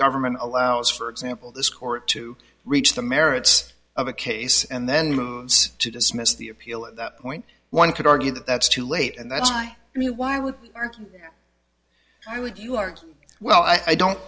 government allows for example this court to reach the merits of a case and then moves to dismiss the appeal at that point one could argue that that's too late and that's i mean why would i would you argue well i don't